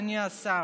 אדוני השר,